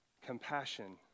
compassion